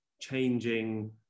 changing